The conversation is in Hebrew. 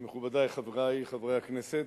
מכובדי חברי חברי הכנסת,